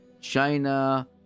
china